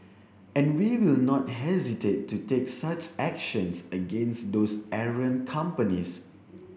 and we will not hesitate to take such actions against those errant companies